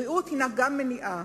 בריאות היא גם מניעה,